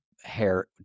hair